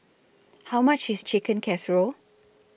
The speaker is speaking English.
How much IS Chicken Casserole